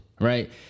right